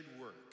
work